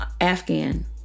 afghan